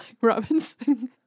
Robinson